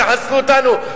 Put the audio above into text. תחסלו אותנו?